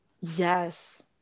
yes